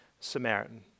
Samaritan